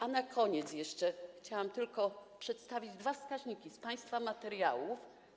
A na koniec jeszcze chciałam tylko przedstawić dwa wskaźniki z państwa materiałów.